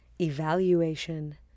evaluation